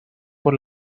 por